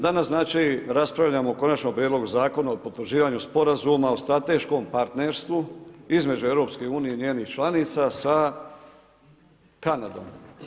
Danas raspravljamo o Konačnom prijedlogu Zakonu o potvrđivanju sporazuma o strateškom partnerstvu između EU i njenih članica sa Kanadom.